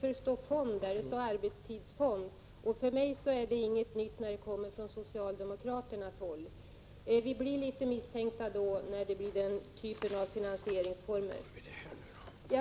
Det talas nämligen om arbetstidsfond, och för mig är det inget nytt från socialdemokratiskt håll. Vi blir litet misstänksamma över den typen av finansieringsform.